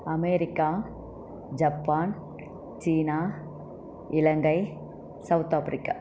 America Japan China Sri Lanka South Africa